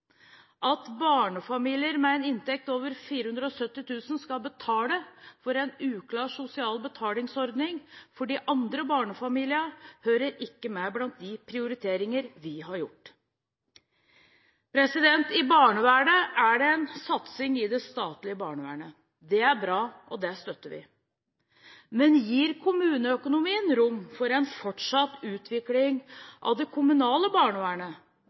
At barnefamilier med en inntekt på over 470 000 skal betale for en uklar sosial betalingsordning for de andre barnefamiliene, hører ikke med blant de prioriteringer vi har gjort. I barnevernet er det en satsing i det statlige barnevernet. Det er bra, og det støtter vi. Men gir kommuneøkonomien rom for en fortsatt utvikling av det kommunale barnevernet,